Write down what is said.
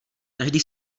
každý